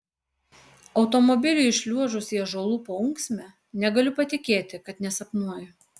automobiliui įšliuožus į ąžuolų paūksmę negaliu patikėti kad nesapnuoju